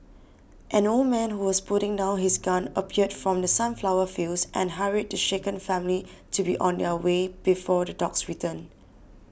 an old man who was putting down his gun appeared from the sunflower fields and hurried the shaken family to be on their way before the dogs return